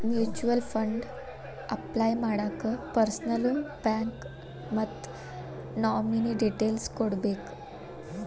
mutual fund apply ಮಾಡಾಕ ಪರ್ಸನಲ್ಲೂ bank ಮತ್ತ ನಾಮಿನೇ ಡೇಟೇಲ್ಸ್ ಕೋಡ್ಬೇಕ್